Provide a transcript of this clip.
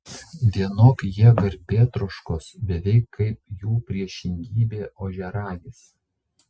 vienok jie garbėtroškos beveik kaip jų priešingybė ožiaragis